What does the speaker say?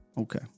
Okay